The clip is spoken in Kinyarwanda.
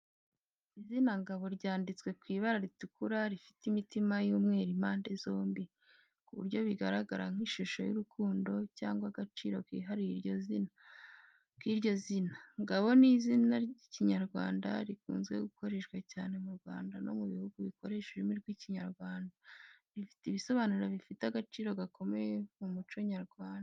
Izina Ngabo, ryanditswe ku ibara ritukura rifite imitima y’umweru impande zombi, ku buryo bigaragara nk’ishusho y’urukundo cyangwa agaciro kihariye k’iryo zina. Ngabo ni izina ry'Ikinyarwanda, rikunze gukoreshwa cyane mu Rwanda no mu bihugu bikoresha ururimi rw’Ikinyarwanda. Rifite ibisobanuro bifite agaciro gakomeye mu muco nyarwanda.